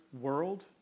world